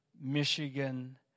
Michigan